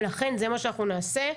ולכן זה מה שאנחנו נעשה,